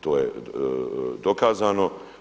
To je dokazano.